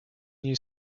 niej